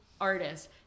artist